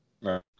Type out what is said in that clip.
Right